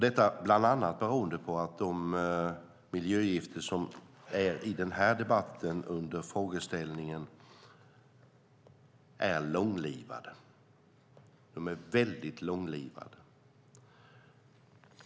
De miljögifter som den här debatten handlar om är väldigt långlivade.